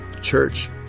church